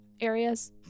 areas